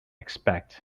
expect